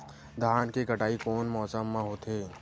धान के कटाई कोन मौसम मा होथे?